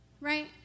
Right